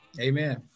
Amen